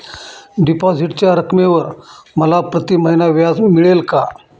डिपॉझिटच्या रकमेवर मला प्रतिमहिना व्याज मिळेल का?